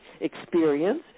experience